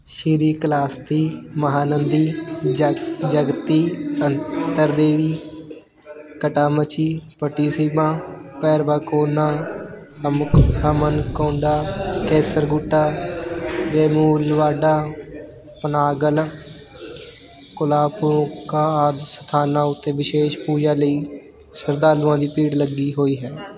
ਸ਼੍ਰੀਕਲਾਸਤੀ ਮਹਾਨੰਦੀ ਜਾ ਜਗਤੀ ਅੰਤਰਦੇਵੀ ਕੱਟਾਮਚੀ ਪਟੀਸੀਮਾ ਭੈਰਵਾਕੋਨਾ ਹਮਕ ਹਮਨਕੋਂਡਾ ਕੇਸਰਗੁਟਾ ਵੇਮੁਲਵਾਡਾ ਪਨਾਗਲ ਕੋਲਾਮੁਕਾ ਆਦਿ ਸਥਾਨਾਂ ਉੱਤੇ ਵਿਸ਼ੇਸ਼ ਪੂਜਾ ਲਈ ਸ਼ਰਧਾਲੂਆਂ ਦੀ ਭੀੜ ਲੱਗੀ ਹੋਈ ਹੈ